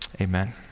Amen